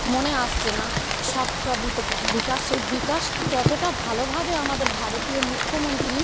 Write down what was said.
মনে আসছে না সবকা বিপা বিকাশ এই বিকাশটা ততটা ভালোভাবে আমাদের ভারতীয় মুখ্যমন্ত্রী